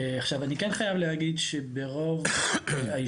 עכשיו אני כן חייב להגיד שברוב היישובים